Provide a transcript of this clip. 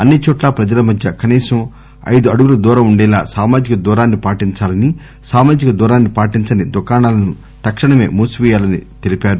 అన్ని చోట్లా ప్రజల మధ్య కనీసం ఐదు అడుగులు దూరం ఉండేలా సామాజిక దూరాన్ని పాటించాలని సామాజిక దూరాన్ని పాటించని దుకాణాలను తక్షణమే మూసివేయాలని తెలిపింది